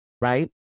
right